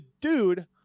dude